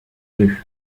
nœuds